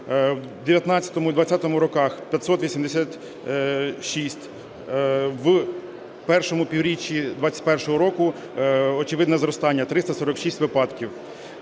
в 19-му і 20-му роках – 586, в І півріччі 21-го року очевидне зростання – 346 випадків.